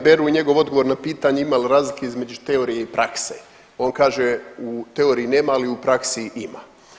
Beru i njegov odgovor na pitanje imal razlike između teorije i prakse, on kaže u teoriji nema, ali u praksi ima.